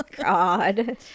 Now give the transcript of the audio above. god